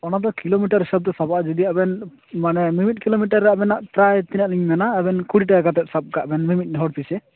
ᱚᱱᱟ ᱫᱚ ᱠᱤᱞᱳᱢᱤᱴᱟᱨ ᱦᱤᱥᱟᱹᱵᱽ ᱛᱮ ᱥᱟᱵᱚᱜᱼᱟ ᱡᱩᱫᱤ ᱟᱵᱮᱱ ᱢᱟᱱᱮ ᱢᱤᱢᱤᱫ ᱠᱤᱞᱳᱢᱤᱴᱟᱨ ᱨᱮ ᱟᱵᱮᱱᱟᱜ ᱯᱨᱟᱭ ᱛᱤᱱᱟᱹᱜ ᱞᱤᱧ ᱢᱮᱱᱟ ᱟᱵᱮᱱ ᱠᱩᱲᱤ ᱴᱟᱠᱟ ᱠᱟᱛᱮᱫ ᱥᱟᱵ ᱠᱟᱜ ᱵᱮᱱ ᱢᱤᱢᱤᱫ ᱦᱚᱲ ᱯᱤᱪᱷᱟᱹ